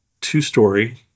two-story